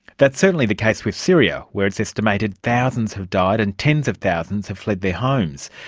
that's certainly the case with syria, where it's estimated thousands have died and tens of thousands have fled their homes.